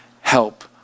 help